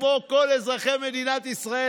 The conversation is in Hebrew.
כמו כל אזרחי מדינת ישראל,